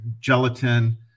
gelatin